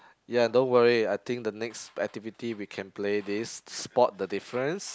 ya don't worry I think the next activity we can play this spot the difference